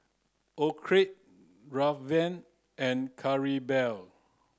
Orrie Draven and Claribel